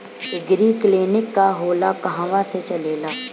एगरी clinic का होला कहवा से चलेँला?